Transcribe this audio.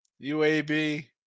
UAB